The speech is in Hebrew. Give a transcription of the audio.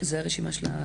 זו הרשימה.